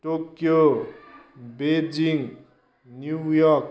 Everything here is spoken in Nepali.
Tokyo Beijing New York